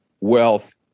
wealth